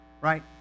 right